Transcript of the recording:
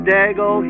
Dago